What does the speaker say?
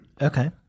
Okay